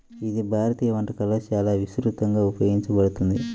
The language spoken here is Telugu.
ఇది భారతీయ వంటకాలలో చాలా విస్తృతంగా ఉపయోగించబడుతుంది